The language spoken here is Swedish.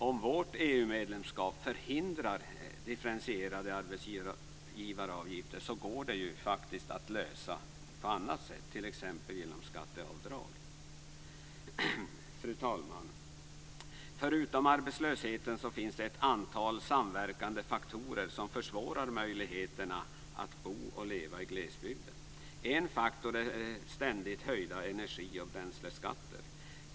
Om nu vårt EU-medlemskap förhindrar differentierade arbetsgivaravgifter så går det faktiskt att lösa den saken på annat sätt, t.ex. genom skatteavdrag. Fru talman! Förutom arbetslösheten finns det ett antal samverkande faktorer som gör det svårare att bo och leva i glesbygden. En faktor är detta med ständigt höjda energi och bränsleskatter.